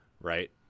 right